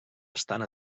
estant